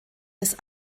des